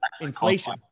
inflation